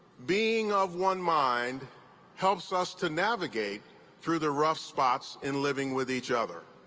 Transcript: being of one mind helps us to navigate through the rough spots in living with each other.